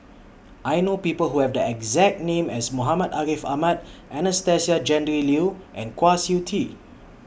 I know People Who Have The exact name as Muhammad Ariff Ahmad Anastasia Tjendri Liew and Kwa Siew Tee